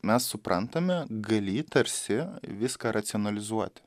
mes suprantame galį tarsi viską racionalizuoti